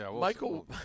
Michael